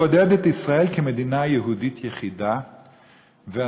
קנדה תעריך את ההצלחה של הגישה הזאת לא על בסיס המילים,